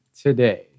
today